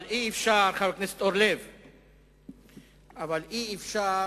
אבל אי-אפשר